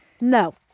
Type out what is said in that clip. No